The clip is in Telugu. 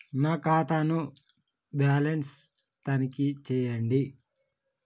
నా ఖాతా ను బ్యాలన్స్ తనిఖీ చేయండి?